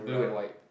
blue and white